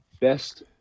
best